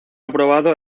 aprobado